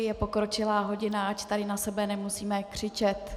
Je pokročilá hodina, ať tady na sebe nemusíme křičet.